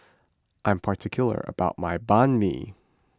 I am particular about my Banh Mi